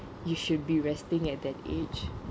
you should be resting at that age